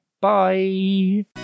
bye